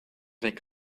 weg